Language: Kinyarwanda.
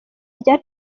rya